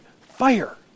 fire